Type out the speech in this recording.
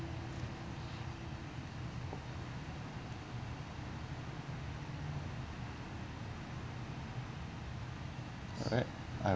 alright I'll